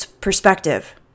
perspective